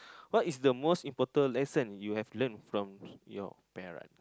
what is the most important lesson you have learn from your parents